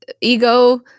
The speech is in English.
ego